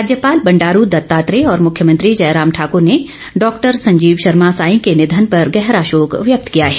राज्यपाल बंडारू दत्तात्रेय और मुख्यमंत्री जयराम ठाकर ने डॉक्टर संजीव शर्मा सांई के निधन पर गहरा शोक व्यक्त किया है